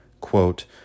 quote